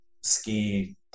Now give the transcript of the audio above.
ski